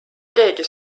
keegi